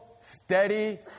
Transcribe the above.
steady